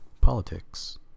politics